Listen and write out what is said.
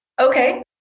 Okay